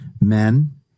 Men